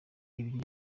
ibiryo